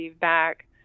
back